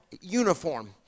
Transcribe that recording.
uniform